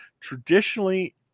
Traditionally